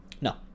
No